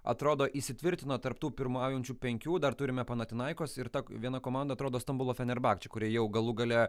atrodo įsitvirtino tarp tų pirmaujančių penkių dar turime panathinaikos ir ta viena komanda atrodo stambulo fenerbahce kuri jau galų gale